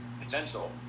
potential